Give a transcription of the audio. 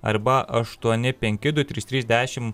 arba aštuoni penki du trys trys dešim